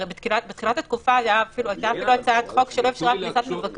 הרי בתחילת התקופה היתה אפילו הצעת חוק שלא אפשרה פתיחה למבקרים.